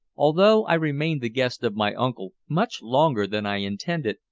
although i remained the guest of my uncle much longer than i intended,